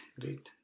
great